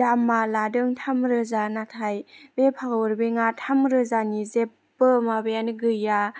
दामआ लादों थामरोजा नाथाय बे पावार बेंकआ थामरोजानि जेबो माबायानो गैया